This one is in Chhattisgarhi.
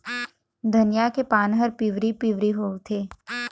धनिया के पान हर पिवरी पीवरी होवथे?